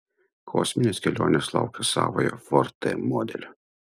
kosminės kelionės laukia savojo ford t modelio